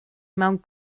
mewn